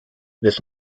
this